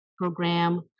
program